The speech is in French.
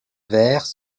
vers